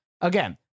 Again